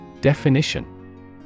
Definition